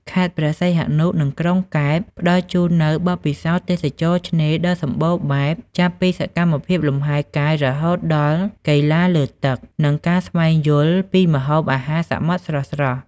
ខេត្តព្រះសីហនុ និងក្រុងកែប ផ្តល់ជូននូវបទពិសោធន៍ទេសចរណ៍ឆ្នេរដ៏សម្បូរបែប ចាប់ពីសកម្មភាពលំហែកាយរហូតដល់កីឡាលើទឹក និងការស្វែងយល់ពីម្ហូប អាហារសមុទ្រស្រស់ៗ។